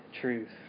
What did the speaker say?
truth